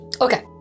okay